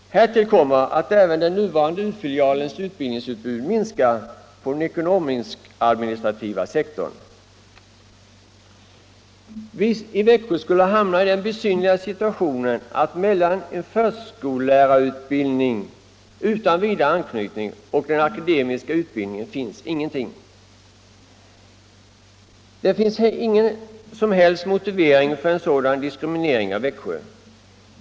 Härtill kommer, att även den nuvarande universitetsfilialens utbildningsutbud minskar på den ekonomisk-administrativa sektorn. Vi skulle hamna i den besynnerliga situationen att mellan en förskollärarutbildning utan vidare anknytning och den akademiska utbildningen finns ingenting. Det finns ingen som helst motivering för en sådan diskriminering av Växjö.